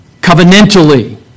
Covenantally